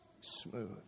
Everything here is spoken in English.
smooth